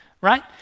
right